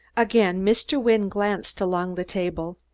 again mr. wynne glanced along the table.